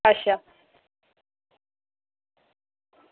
अच्छा